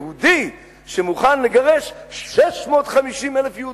יהודי שמוכן לגרש 650,000 יהודים.